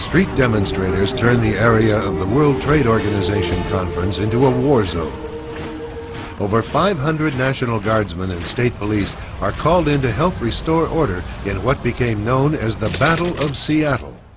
street demonstrators turned the area of the world trade organization conference into a war zone over five hundred national guardsmen and state police are called in to help restore order in what became known as the battle of seattle